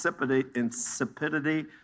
insipidity